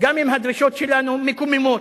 גם אם הדרישות שלנו מקוממות,